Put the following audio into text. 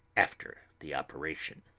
after the operation.